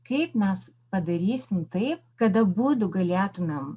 kaip mes padarysim taip kad abudu galėtumėm